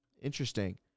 Interesting